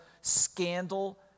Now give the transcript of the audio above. scandal